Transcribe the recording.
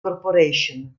corporation